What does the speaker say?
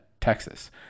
Texas